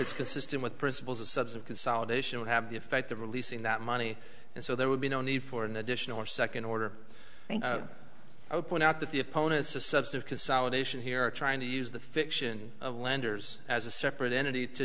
it's consistent with principles a sense of consolidation would have the effect of releasing that money and so there would be no need for an additional or second order and i would point out that the opponents a subset of consolidation here are trying to use the fiction of lenders as a separate entity to